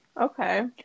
Okay